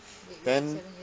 then